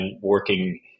working